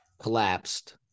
collapsed